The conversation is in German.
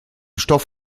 stoff